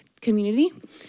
community